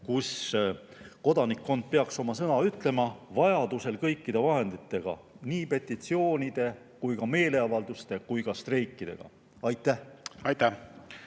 kui kodanikkond peaks oma sõna ütlema, vajadusel kõikide vahenditega, nii petitsioonide kui meeleavalduste kui ka streikidega. Aitäh!